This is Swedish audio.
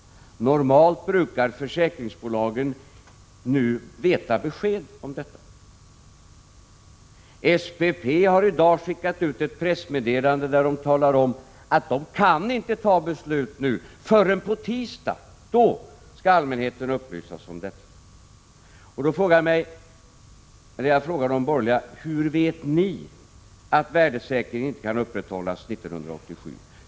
Normalt brukar försäkringsbolagen vid denna tid veta besked om detta. SPP har i dag skickat ut ett pressmeddelande där det sägs att SPP inte kan fatta beslut om detta förrän på tisdag. Då skall allmänheten upplysas om detta. Jag vill då fråga de borgerliga: Hur vet ni att värdesäkringen inte kan upprätthållas 1987?